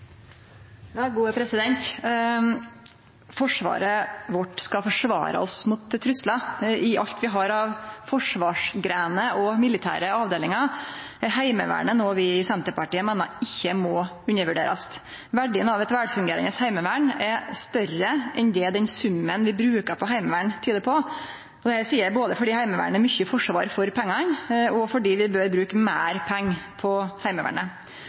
Heimevernet noko vi i Senterpartiet meiner ikkje må undervurderast. Verdien av eit velfungerande heimevern er større enn det den summen vi brukar på Heimevernet, tyder på, noko eg seier både fordi Heimevernet gjev mykje forsvar for pengane, og fordi vi bør bruke meir pengar på Heimevernet.